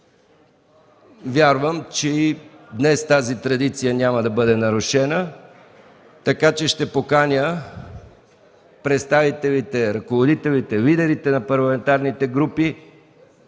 Вярвам, че и днес тази традиция няма да бъде нарушена. Ще поканя представителите, ръководителите, лидерите на парламентарните групи